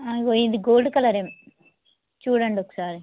ఇది gold colour చూడండి ఒకసారి